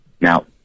Now